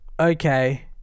Okay